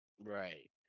Right